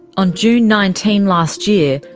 on june nineteen last year,